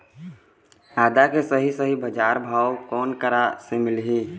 आदा के सही सही बजार भाव कोन करा से मिलही?